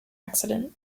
accident